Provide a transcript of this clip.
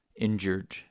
injured